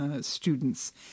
students